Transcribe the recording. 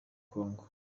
congo